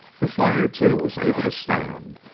the flyer, too, was able to stand,